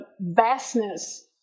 vastness